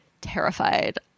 terrified